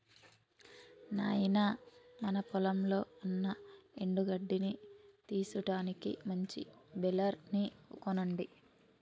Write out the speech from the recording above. నాయినా మన పొలంలో ఉన్న ఎండు గడ్డిని తీసుటానికి మంచి బెలర్ ని కొనండి